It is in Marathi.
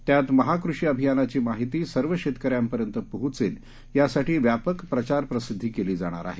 त्यात महा कृषी अभियानाची माहिती सर्व शेतकऱ्यांपर्यंत पोहोचेल यासाठी व्यापक प्रचार प्रसिद्वी केली जाणार आहे